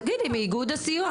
אז תגידי שזה מאיגוד הסיוע.